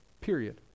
Period